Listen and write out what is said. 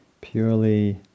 purely